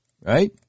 right